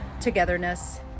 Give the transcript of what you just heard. togetherness